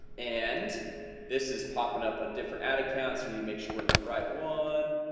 and this is popping up a different ad accounts when you make sure we're in the right one